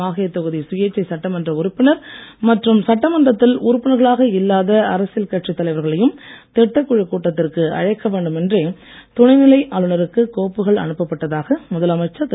மாஹே தொகுதி சுயேட்சை சட்டமன்ற உறுப்பினர் மற்றும் சட்டமன்றத்தில் உறுப்பினர்களாக இல்லாத அரசியல் கட்சி தலைவர்களையும் திட்டக்குழு கூட்டத்திற்கு அழைக்க வேண்டும் என்றே துணைநிலை ஆளுநருக்கு கோப்புக்கள் அனுப்பப்பட்டதாக முதலமைச்சர் திரு